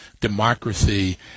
democracy